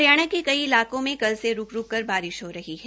हरियाणा के कई इलाकों में कल से रूक रूक कर बारिश हो रही है